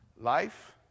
Life